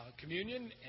Communion